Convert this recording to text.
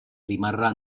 rimarrà